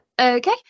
Okay